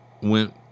went